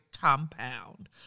compound